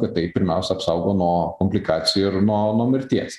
kad tai pirmiausia apsaugo nuo komplikacijų ir nuo nuo mirties